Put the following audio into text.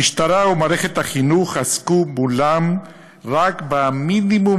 המשטרה ומערכת החינוך עסקו כולם רק במינימום